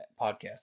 podcast